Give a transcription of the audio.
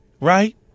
right